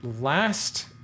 last